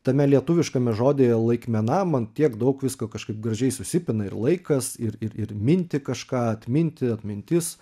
tame lietuviškame žodyje laikmena man tiek daug visko kažkaip gražiai susipina ir laikas ir ir minti kažką atminti atmintis